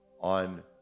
on